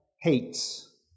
hates